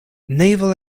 naval